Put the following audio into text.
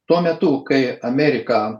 tuo metu kai amerika